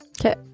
Okay